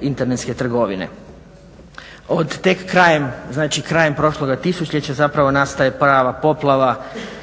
internetske trgovine. Od tek krajem, znači krajem prošloga tisućljeća zapravo nastaje prava poplava